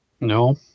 No